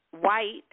white